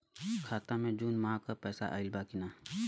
खाता मे जून माह क पैसा आईल बा की ना?